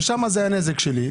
ושם זה הנזק שלי,